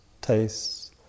tastes